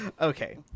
okay